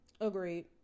agreed